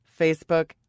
Facebook